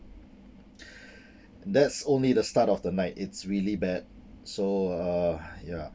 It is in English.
that's only the start of the night it's really bad so uh ya